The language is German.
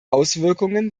auswirkungen